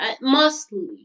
mostly